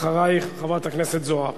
אחרייך, חברת הכנסת זוארץ.